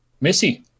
Missy